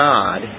God